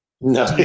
No